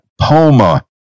Poma